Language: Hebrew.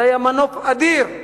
זה היה מנוף אדיר.